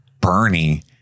Bernie